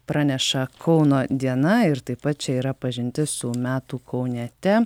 praneša kauno diena ir taip pat čia yra pažintis su metų kauniete